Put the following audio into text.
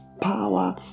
power